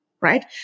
Right